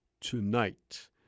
Tonight